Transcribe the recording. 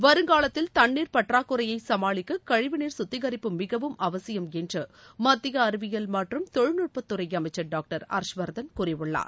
வருங்காலத்தில் தண்ணீர் பற்றறக்குறையை சமாளிக்க கழிவுநீர் சுத்திகரிப்பு மிகவும் அவசியம் என்று மத்திய அறிவியல் மற்றும் தொழில்நுட்பத்துறை அமைச்சர் டாக்டர் ஹரஷ்வர்தன் கூறியுள்ளார்